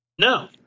No